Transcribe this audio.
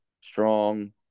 Strong